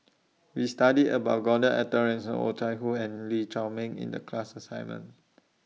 We studied about Gordon Arthur Ransome Oh Chai Hoo and Lee Chiaw Meng in The class assignment